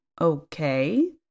okay